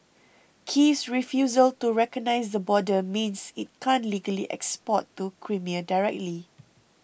Kiev's refusal to recognise the border means it can't legally export to Crimea directly